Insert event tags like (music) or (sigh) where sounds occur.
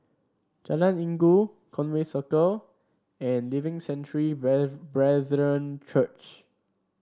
Jalan Inggu Conway (unintelligible) and Living Sanctuary (unintelligible) Brethren Church